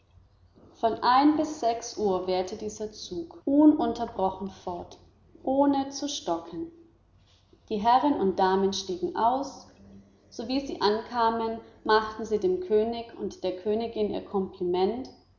von ein bis sechs uhr währte dieser zug ununterbrochen fort ohne zu stocken die herren und damen stiegen aus sowie sie ankamen machten dem könig und der königin ihr kompliment